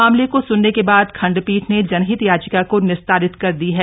मामले को सुनने के बाद खण्डपीठ ने जनहित याचिका को निस्तारित कर दी है